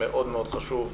מאוד מאוד חשוב,